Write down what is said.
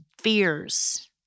fears